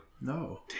No